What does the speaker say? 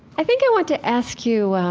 i think i want to ask you,